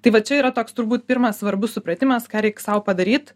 tai va čia yra toks turbūt pirmas svarbus supratimas ką reik sau padaryt